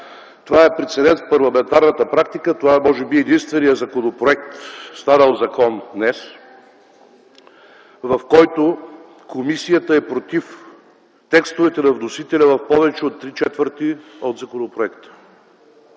това е прецедент в парламентарната практика. Това е може би единственият законопроект, станал закон днес, в който комисията е против текстовете на вносителя в повече от три четвърти от законопроекта.